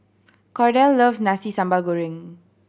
Cordell loves Nasi Sambal Goreng